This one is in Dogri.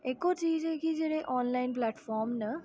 इक होर चीज़ ऐ कि जेह्ड़े आनलाइन प्लैटफार्म न